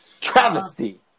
Travesty